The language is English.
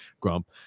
Grump